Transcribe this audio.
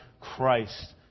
Christ